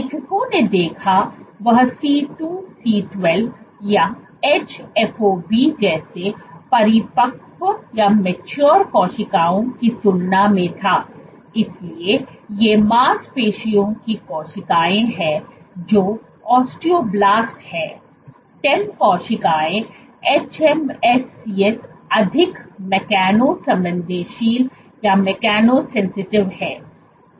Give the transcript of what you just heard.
लेखकों ने देखा वह C2C12 या hFOB जैसी परिपक्व कोशिकाओं की तुलना में था इसलिए ये मांसपेशियों की कोशिकाएं हैं जो ओस्टियोब्लास्ट हैं स्टेम कोशिकाएं hMSCs अधिक मैकेनो संवेदनशील हैं